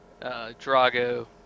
Drago